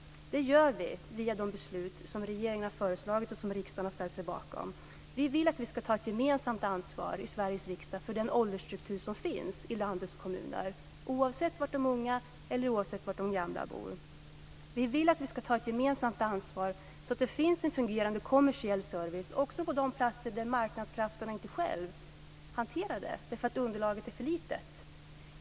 Det gör vi via de förslag som regeringen har lagt fram och som riksdagen har ställt sig bakom. Vi vill att vi ska ta ett gemensamt ansvar i Sveriges riksdag för den åldersstruktur som finns i landets kommuner, oavsett var de unga bor, oavsett var de gamla bor. Vi vill att vi ska ta ett gemensamt ansvar så att det finns en fungerande kommersiell service också på de platser där marknadskrafterna inte själva hanterar situationen därför att underlaget är för litet.